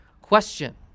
question